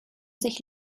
sich